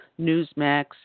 Newsmax